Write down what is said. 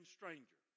Stranger